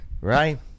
right